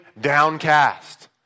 downcast